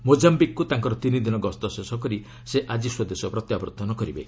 ମୋକାୟିକ୍କୁ ତାଙ୍କର ତିନି ଦିନ ଗସ୍ତ ଶେଷ କରି ସେ ଆଜି ସ୍ୱଦେଶ ପ୍ରତ୍ୟାବର୍ତ୍ତନ କରିବେ